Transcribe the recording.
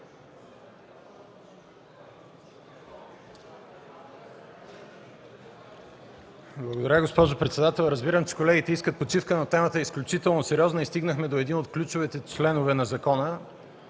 Благодаря, госпожо председател. Разбирам, че колегите искат почивка, но темата е изключително сериозна. Стигнахме до един от ключовите членове на закона